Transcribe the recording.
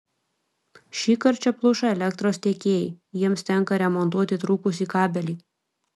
šįkart čia pluša elektros tiekėjai jiems tenka remontuoti trūkusį kabelį